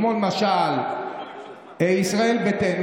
כמו למשל ישראל ביתנו,